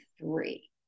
three